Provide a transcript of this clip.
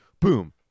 Boom